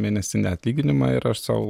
mėnesinį atlyginimą ir aš sau